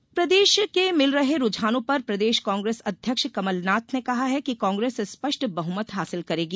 कमलनाथ प्रदेश के मिल रहे रुझानों पर प्रदेश कांग्रेस अध्यक्ष कमलनाथ ने कहा है कि कांग्रेस स्पष्ट बहमत हासिल करेगी